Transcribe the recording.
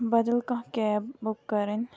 بدل کانٛہہ cab book کَرٕنۍ